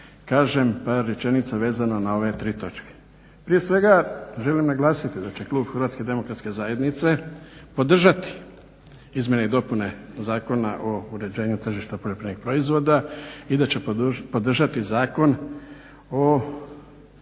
kažem par rečenica vezano na ove tri točke. Prije svega želim naglasiti da će klub Hrvatske demokratske zajednice podržati izmjene i dopune Zakona o uređenju tržišta poljoprivrednih proizvoda i da će podržati Zakon o